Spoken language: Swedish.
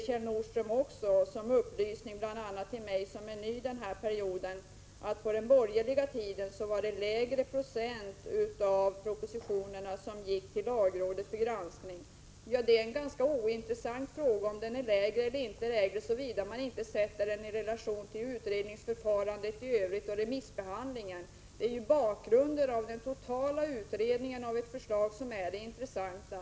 Kjell Nordström säger, som upplysning bl.a. till mig som är ny denna riksdagsperiod, att procentuellt färre propositioner gick till lagrådet för granskning under den borgerliga tiden. Det är ganska ointressant om det var fler eller färre såvida man inte sätter antalet i relation till utredningsförfarandet i övrigt och remissbehandlingen. Det är ju bakgrunden, den totala utredningen av ett förslag, som är det intressanta.